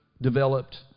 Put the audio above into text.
developed